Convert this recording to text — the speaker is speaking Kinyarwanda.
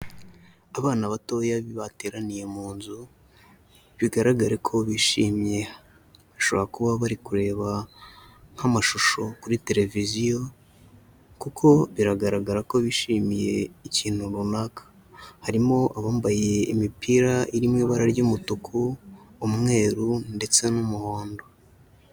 Abana batoya bateraniye mu nzu, bigaragare ko bishimye, bashobora kuba bari kureba nk'amashusho kuri televiziyo, kuko biragaragara ko bishimiye ikintu runaka. Harimo abambaye imipira iri mu ibara ry'umutuku, umweru ndetse n'umuhondo.